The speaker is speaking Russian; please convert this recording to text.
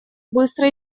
быстро